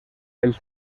els